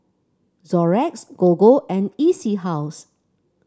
Xorex Gogo and E C House